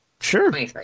Sure